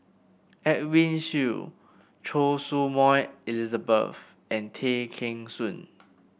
Edwin Siew Choy Su Moi Elizabeth and Tay Kheng Soon